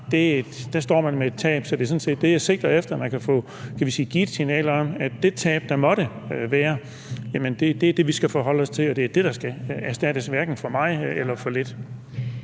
står man med et tab. Så det er sådan set det, jeg sigter efter: at man kan få givet et signal om, at det tab, der måtte være, er det, vi skal forholde os til, og at det er det, der skal erstattes, hverken for meget eller for lidt.